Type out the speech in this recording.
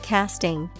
Casting